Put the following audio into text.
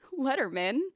Letterman